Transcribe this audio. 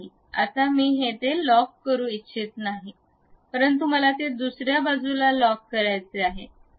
आता मी ते येथे लॉक करू इच्छित नाही परंतु मला ते दुसर्या बाजूला लॉक करायचे आहे